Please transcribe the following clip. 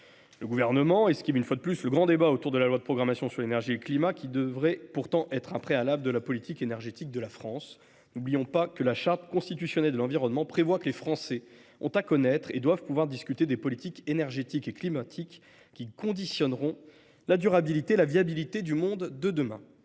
Le Gouvernement esquive une fois de plus le grand débat autour de la loi de programmation sur l’énergie et le climat, qui devrait pourtant être un préalable de la politique énergétique de la France. N’oublions pas que la Charte de l’environnement inscrite dans le préambule de la Constitution prévoit que les Français ont à connaître et doivent pouvoir discuter des politiques énergétiques et climatiques qui conditionneront la durabilité et la viabilité du monde de demain.